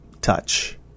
touch